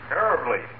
Terribly